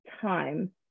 time